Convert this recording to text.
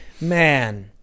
Man